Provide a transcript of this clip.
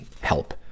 help